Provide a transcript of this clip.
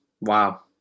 Wow